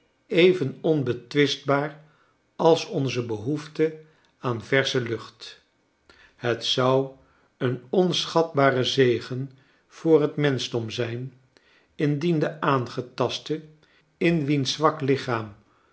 even onbetwistbaar als onze behoefte aan versche iucht het zou een onschatbare zegen voor het menschdom zijn indien de aangetaste in wiens zwak lichaam